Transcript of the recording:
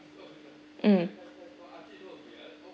mm